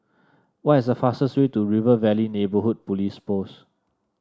what is the fastest way to River Valley Neighbourhood Police Post